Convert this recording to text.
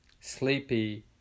sleepy